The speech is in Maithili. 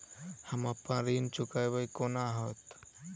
हम अप्पन ऋण चुकाइब कोना हैतय?